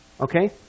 Okay